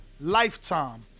Lifetime